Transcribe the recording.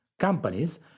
companies